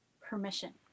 permission